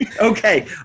Okay